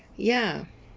ya